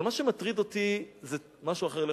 אבל מה שמטריד אותי זה משהו אחר לחלוטין.